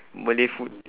malay food